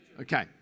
Okay